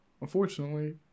unfortunately